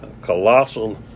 colossal